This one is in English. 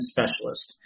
Specialist